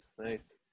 nice